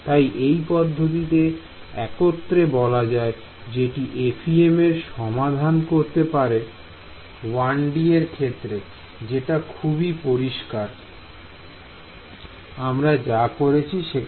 তাই এই পদ্ধতিতে একত্রে বলা যায় যেটি FEM এর সমাধান করতে পারে 1 D এর ক্ষেত্রে যেটা খুবই পরিষ্কার আমরা যা করেছি সেখান থেকে